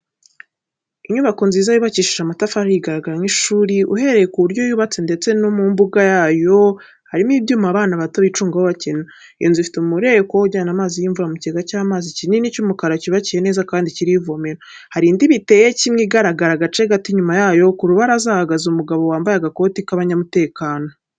Inyubako nziza yubakishije amatafari ahiye igaragara nk'ishuri, uhereye ku buryo yubatse ndetse n'uko mu mbuga yayo harimo ibyuma abana bato bicungaho bakina. Iyo nzu ifite umureko ujyana amazi y'imvura mu kigega cy'amazi kinini cy'umukara cyubakiye neza kandi kiriho ivomero. Hari n'indi biteye kimwe igaragara agace gato inyuma yayo. Ku rubaraza hahagaze umugabo wambaye agakoti k'abanyamutekano.